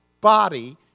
body